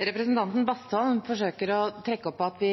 Representanten Bastholm forsøker å ta opp at vi